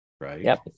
Right